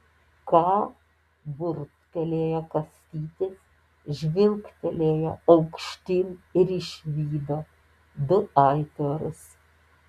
ką burbtelėjo kastytis žvilgtelėjo aukštyn ir išvydo du aitvarus